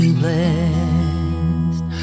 blessed